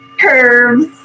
Curves